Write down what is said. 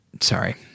Sorry